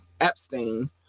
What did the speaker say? Epstein